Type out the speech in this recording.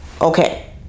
okay